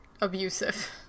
abusive